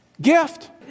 gift